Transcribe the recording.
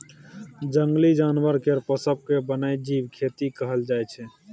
जंगली जानबर केर पोसब केँ बन्यजीब खेती कहल जाइ छै